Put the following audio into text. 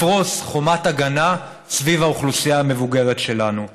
לפרוס חומת הגנה סביב האוכלוסייה המבוגרת שלנו.